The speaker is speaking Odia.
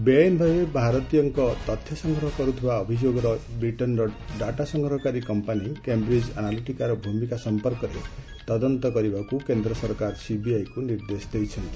ବେଆଇନ୍ ଭାବେ ଭାରତୀୟଙ୍କ ତଥ୍ୟ ସଂଗ୍ହ କରୁଥିବା ଅଭିଯୋଗରେ ବିଟେନ୍ର ଡାଟା ସଂଗ୍ରହକାରୀ କମ୍ପାନୀ କ୍ୟାମ୍ରିଜ୍ ଆନାଲିଟିକାର ଭୂମିକା ସମ୍ପର୍କରେ ତଦନ୍ତ କରିବାକୁ କେନ୍ଦ୍ର ସରକାର ସିବିଆଇକୁ ନିର୍ଦ୍ଦେଶ ଦେଇଛନ୍ତି